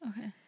Okay